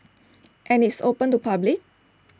and it's open to public